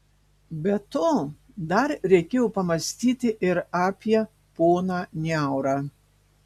be to dar reikėjo pamąstyti ir apie poną niaurą